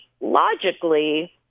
logically